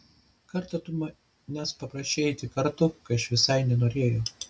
kartą tu manęs paprašei eiti kartu kai aš visai nenorėjau